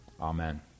Amen